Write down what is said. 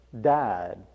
died